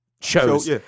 shows